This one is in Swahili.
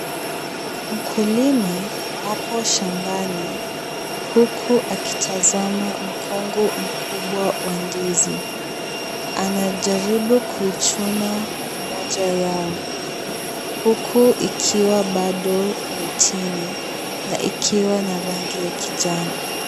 Mkulima, apo shambani huku akitazama mkongo mkubwa wa ndizi. Anajaribu kuichuna moja yao, huku ikiwa bado mitini na ikiwa na rangi ya kijani.